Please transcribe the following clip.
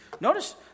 Notice